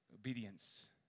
obedience